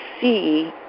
see